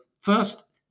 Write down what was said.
first